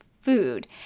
food